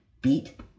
beat